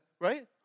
right